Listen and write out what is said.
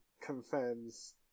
confirms